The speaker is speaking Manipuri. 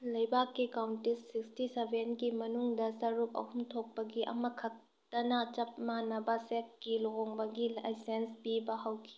ꯂꯩꯕꯥꯛꯀꯤ ꯀꯥꯎꯇꯤꯁ ꯁꯤꯛꯁꯇꯤꯁꯕꯦꯟꯒꯤ ꯃꯅꯨꯡꯗ ꯁꯔꯨꯛ ꯑꯍꯨꯝ ꯊꯣꯛꯄꯒꯤ ꯑꯃꯈꯛꯇꯅ ꯆꯞ ꯃꯥꯅꯕ ꯁꯦꯛꯀꯤ ꯂꯨꯍꯣꯡꯕꯒꯤ ꯂꯥꯏꯁꯦꯟꯁ ꯄꯤꯕ ꯍꯧꯈꯤ